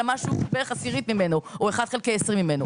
אלא בערך עשירית ממנו או אחד חלקי 20 ממני.